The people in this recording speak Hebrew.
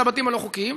לבתים הלא-חוקיים,